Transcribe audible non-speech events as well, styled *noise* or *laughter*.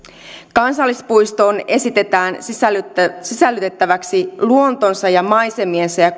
kansallispuistoon esitetään sisällytettäväksi sisällytettäväksi luontonsa ja maisemiensa ja *unintelligible*